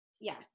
yes